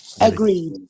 Agreed